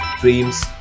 dreams